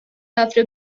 after